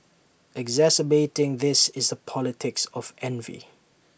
exacerbating this is the politics of envy